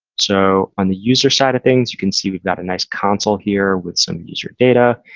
so on the user side of things, you can see we've got a nice console here with some user data.